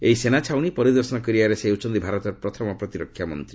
ଏହି ସେନାଛାଉଣୀ ପରିଦର୍ଶନ କରିବାରେ ସେ ହେଉଛନ୍ତି ଭାରତର ପ୍ରଥମ ପ୍ରତିରକ୍ଷା ମନ୍ତ୍ରୀ